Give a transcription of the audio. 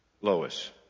Lois